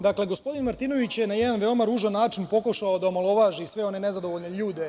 Dakle, gospodin Martinović je na jedan veoma ružan način pokušao da omalovaži sve one nezadovoljne ljude.